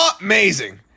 Amazing